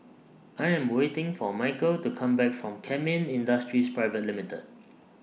I Am waiting For Michal to Come Back from Kemin Industries